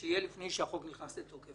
שיהיו לפני שהחוק נכנס לתוקף.